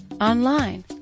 online